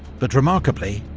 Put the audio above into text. but remarkably,